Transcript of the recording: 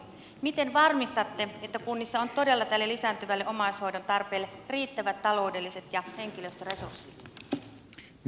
miten varmistatte että kunnissa on todella tälle lisääntyvälle omaishoidon tarpeelle riittävät taloudelliset ja henkilöstöresurssit